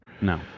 No